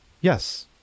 Yes